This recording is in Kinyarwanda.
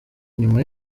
nyuma